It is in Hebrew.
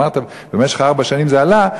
אמרת שבמשך ארבע שנים זה עלה.